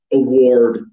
award